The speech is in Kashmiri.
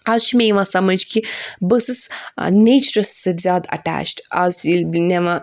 آز چھِ مےٚ یِوان سَمٕجھ کہِ بہٕ ٲسٕس نَیٚچرَس سۭتۍ زیادٕ اَٹَیچ آز نوان